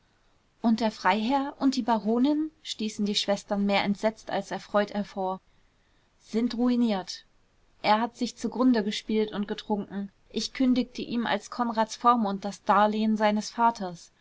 und der freiherr und die baronin stießen die schwestern mehr entsetzt als erfreut hervor sind ruiniert er hat sich zugrunde gespielt und getrunken ich kündigte ihm als konrads vormund das darlehen seines vaters